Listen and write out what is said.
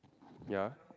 ya